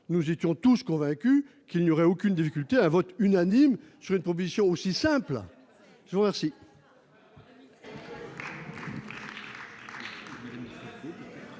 nous étions tous convaincus qu'il n'y aurait aucune difficulté à un vote unanime sur une proposition aussi simple, je vous remercie.